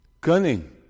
cunning